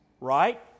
right